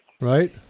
Right